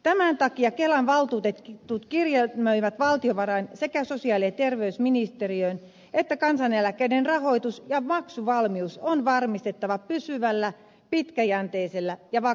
tämän takia kelan valtuutetut kirjelmöivät valtiovarain sekä sosiaali ja terveysministeriöön että kansaneläkkeiden rahoitus ja maksuvalmius on varmistettava pysyvällä pitkäjänteisellä ja vakaalla tavalla